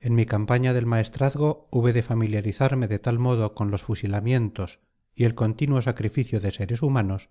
en mi campaña del maestrazgo hube de familiarizarme de tal modo con los fusilamientos y el continuo sacrificio de seres humanos